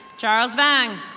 charles vang.